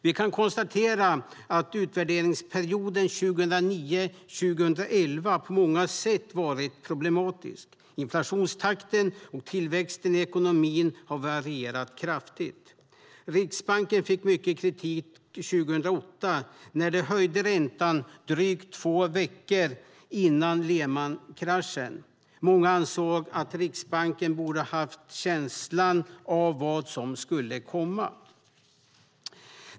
Vi kan konstatera att utvärderingsperioden 2009-2011 på många sätt har varit problematisk. Inflationstakten och tillväxten i ekonomin har varierat kraftigt. Riksbanken fick mycket kritik 2008 när den höjde räntan drygt två veckor före Lehmankraschen. Många ansåg att Riksbanken borde ha haft en känsla av vad som skulle komma.